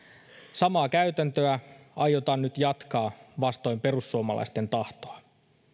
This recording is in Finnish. samaa käytäntöä aiotaan nyt jatkaa vastoin perussuomalaisten tahtoa